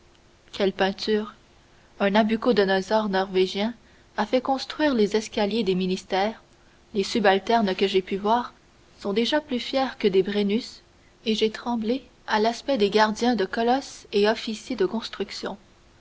quelle peinture un nabuchodonosor norwégien a fait construire les escaliers des ministères les subalternes que j'ai pu voir sont déjà plus fiers que des brennus et j'ai tremblé à l'aspect des gardiens de colosses et officiers de construction